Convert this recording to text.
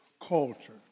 culture